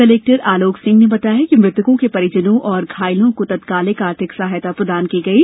collector Alok Singh ने बताया कि मृतकों के परिजनों और घायलों को तत्कालिक आर्थिक सहायता प्रदान की गई है